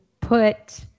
put